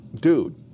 dude